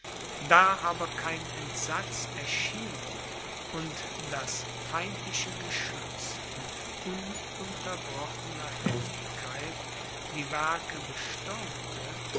da aber kein entsatz erschien und das feindliche geschütz mit ununterbrochener heftigkeit die werke bestürmte